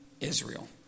Israel